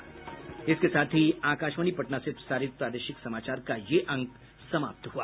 से कार्य कर इसके साथ ही आकाशवाणी पटना से प्रसारित प्रादेशिक समाचार का ये अंक समाप्त हुआ